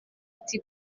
ati